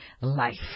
life